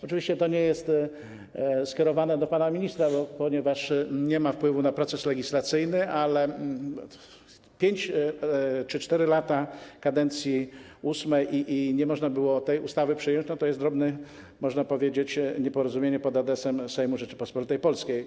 Oczywiście to nie jest skierowane do pana ministra, ponieważ nie ma on wpływu na proces legislacyjny, ale 5 czy 4 lata VIII kadencji i nie można było tej ustawy przyjąć, to jest drobne, można powiedzieć, nieporozumienie, kieruję to pod adresem Sejmu Rzeczypospolitej Polskiej.